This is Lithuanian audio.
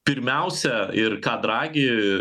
pirmiausia ir ką dragi